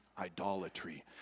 idolatry